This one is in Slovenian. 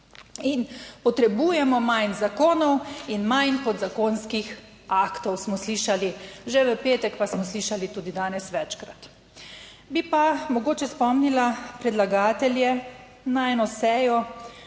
In potrebujemo manj zakonov in manj podzakonskih aktov, smo slišali že v petek, pa smo slišali tudi danes večkrat. Bi pa mogoče spomnila predlagatelje na eno sejo,